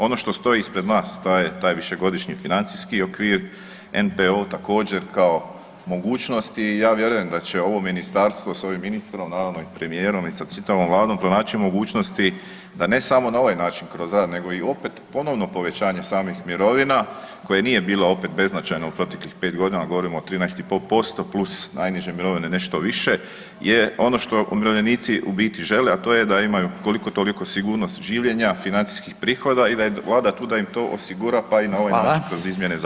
Ono što stoji ispred nas, taj Višegodišnji financijski okvir, NPOO također, kao mogućnosti i ja vjerujem da će ovo Ministarstvo s ovim ministrom, naravno i premijerom i sa čitavom Vladom pronaći mogućnosti da ne samo na ovaj način, kroz rad, nego i opet, ponovno povećanje samih mirovina koje nije bilo opet beznačajno u proteklih 5 godina, govorim o 13,5% plus najniže mirovine nešto više je ono što umirovljenici u biti žele, a to je da imaju koliko toliko sigurnost življenja, financijskih prihoda i da je Vlada tu da im to osigura pa i na ovaj način kroz izmjene zakona.